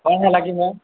କ'ଣ ହେଲା କି ମ୍ୟାମ୍